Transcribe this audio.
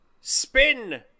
spin